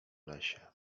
lesie